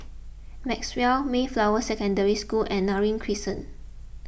Maxwell Mayflower Secondary School and Neram Crescent